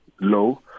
low